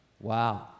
Wow